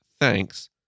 Thanks